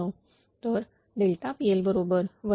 तर PL बरोबर 0